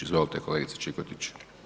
Izvolite kolegice Čikotić.